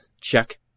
check